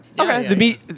Okay